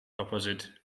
opposite